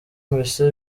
mbese